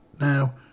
now